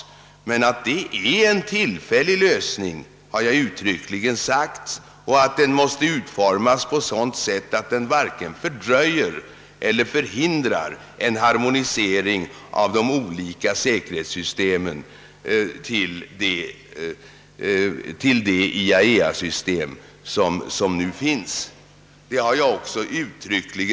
Jag underströk emellertid uttryckligen att det är fråga om en till fällig lösning och att denna måste utformas på sådant sätt, att den varken fördröjer eller förhindrar harmoniseringen av de hittillsvarande säkerhetssystemen till det IAEA-system som nu finns.